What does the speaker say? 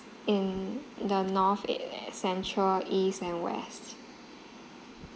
in the north e~ central east and west